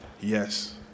Yes